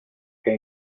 que